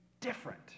different